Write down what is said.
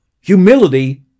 Humility